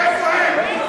איפה הם?